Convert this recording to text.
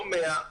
לא 100%,